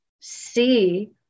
see